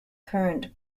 current